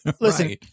listen